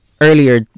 earlier